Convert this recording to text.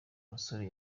musore